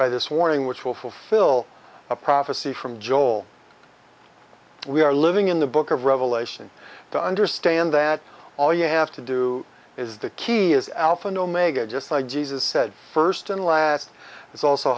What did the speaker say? by this warning which will fulfill a prophecy from joel we are living in the book of revelation to understand that all you have to do is the key is alpha and omega just like jesus said first and last it's also